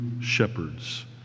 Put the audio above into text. shepherds